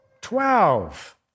Twelve